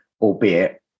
albeit